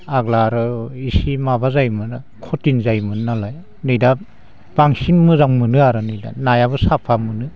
आग्ला आरो एसे माबा जायोमोन खथिन जायोमोननालाय नै दा बांसिन मोजां मोनो आरो नै दा नायाबो साफा मोनो